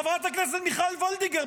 חברת הכנסת מיכל וולדיגר,